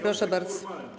Proszę bardzo.